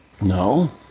No